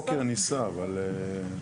פוקר ניסה אבל...